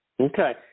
Okay